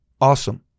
awesome